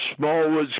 Smallwoods